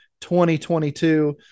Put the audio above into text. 2022